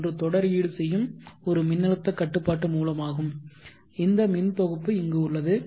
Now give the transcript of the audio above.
ஒன்று தொடர் ஈடுசெய்யும் ஒரு மின்னழுத்த கட்டுப்பாட்டு மூலமாகும் இந்த மின் தொகுப்பு இங்கு உள்ளது